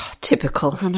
typical